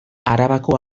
arabako